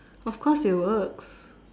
of course it works